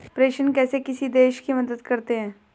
प्रेषण कैसे किसी देश की मदद करते हैं?